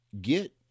get